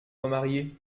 remarié